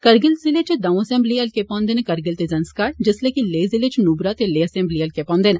करगिल जिले च दंऊ असैम्बली हल्के पौंदे न करगिल ते जुंस्कार जिसलै कि लेह जिले च नुबरा ते लेह असैम्बली हल्के पौंदे न